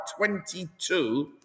22